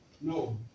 No